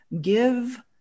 give